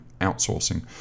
outsourcing